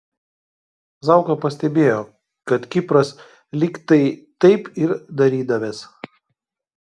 zauka pastebėjo kad kipras lyg tai taip ir darydavęs